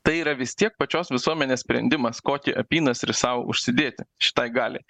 tai yra vis tiek pačios visuomenės sprendimas kokį apynasrį sau užsidėti šitai galiai